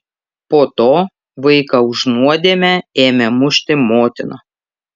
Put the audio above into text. po to vaiką už nuodėmę ėmė mušti motina